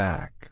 Back